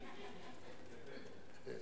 --- יפה,